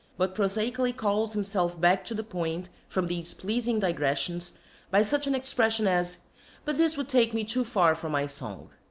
but prosaically calls himself back to the point from these pleasing digressions by such an expression as but this would take me too far from my song.